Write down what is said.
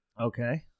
Okay